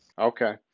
Okay